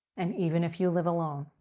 and even if you live alone,